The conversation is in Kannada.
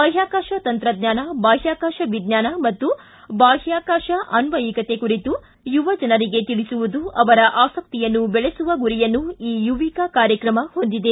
ಬಾಹ್ನಾಕಾಶ ತಂತ್ರಜ್ಞಾನ ಬಾಹ್ನಾಕಾಶ ವಿಜ್ಞಾನ ಮತ್ತು ಬಾಹ್ನಾಕಾಶ ಅನ್ನಯಿಕತೆ ಕುರಿತು ಯುವಜನರಿಗೆ ತಿಳಿಸುವುದು ಹಾಗೂ ಅವರ ಆಸಕ್ತಿಯನ್ನು ಬೆಳೆಸುವ ಗುರಿಯನ್ನು ಈ ಯುವಿಕಾ ಕಾರ್ಯಕ್ರಮ ಹೊಂದಿದೆ